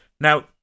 Now